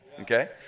Okay